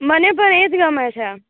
મને પણ એ જ ગમે છે